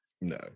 No